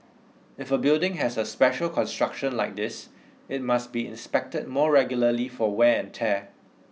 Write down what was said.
if a building has a special construction like this it must be inspected more regularly for wear and tear